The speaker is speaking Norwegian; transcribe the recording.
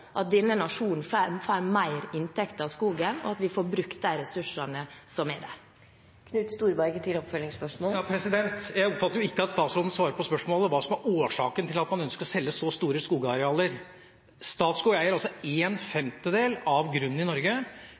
at denne nasjonen får mer inntekter av skogen, og at vi får brukt de ressursene som er der. Jeg oppfatter ikke at statsråden svarer på spørsmålet, hva som er årsaken til at man ønsker å selge så store skogarealer. Statskog eier altså ⅕ av grunnen i Norge.